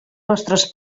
vostres